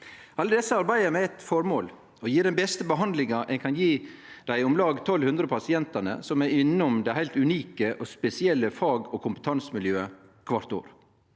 Alle desse arbeider med eitt formål: å gje den beste behandlinga ein kan gje dei omlag 1 200 pasientane som er innom det heilt unike og spesielle fag- og kompetansemiljøet kvart år.